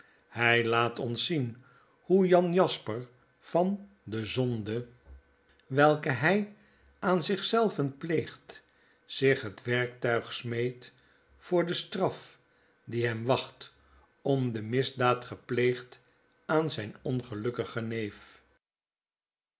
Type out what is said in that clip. hij laat ons zien hoe jan jasper van de zonde welke hij aan zich zelven pleegt zich het werktuig smeedt voor de straf die hem wacht om de misdaad gepleegd aan zijn ongelukkigen neef